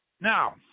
now